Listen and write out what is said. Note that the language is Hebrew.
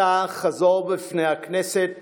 בפני הכנסת, ואתה, חזור עליה בפני הכנסת,